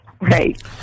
right